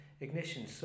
Ignition